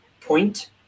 point